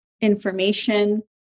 information